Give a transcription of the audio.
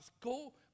go